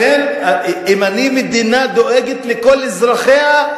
לכן אם אני מדינה הדואגת לכל אזרחיה,